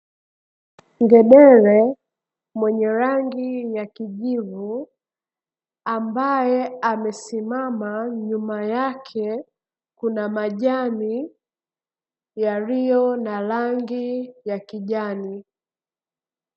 Ngedere mwenye rangi ya kijivu ambaye amesimama, nyuma yake kuna majani yaliyo na rangi ya kijani.